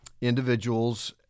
individuals